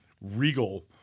regal